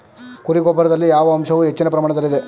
ಕುರಿ ಗೊಬ್ಬರದಲ್ಲಿ ಯಾವ ಅಂಶವು ಹೆಚ್ಚಿನ ಪ್ರಮಾಣದಲ್ಲಿದೆ?